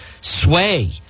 sway